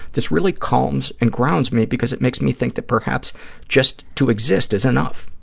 this really calms and grounds me because it makes me think that perhaps just to exist is enough,